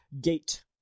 gate